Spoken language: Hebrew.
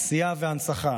עשייה והנצחה,